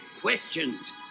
questions